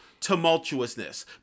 tumultuousness